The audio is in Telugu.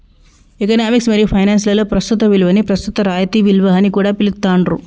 ఎకనామిక్స్ మరియు ఫైనాన్స్ లలో ప్రస్తుత విలువని ప్రస్తుత రాయితీ విలువ అని కూడా పిలుత్తాండ్రు